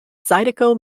zydeco